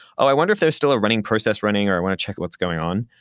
ah i wonder if there's still a running process running, or i want to check what's going on.